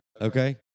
Okay